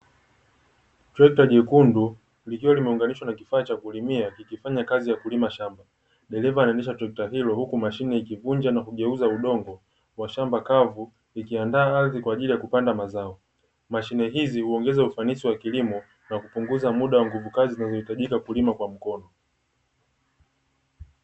Trekata jekundu likiwa limeunganishwa na kifaa cha kulimia likifanya kazi ya kulima shamba. Dereva anaendesha trekta hilo huku mashine ikivunja na kugeuza udongo wa shamba kavu likiandaa ardhi kwa ajili ya kupanda mazao. Mashine hizi huongeza ufanisi wa kilimo na kupunguza muda wa nguvu kazi unaohitajika kulima kwa mkono.